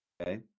Okay